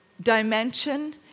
dimension